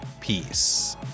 Peace